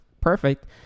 perfect